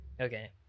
Okay